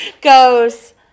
goes